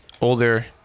older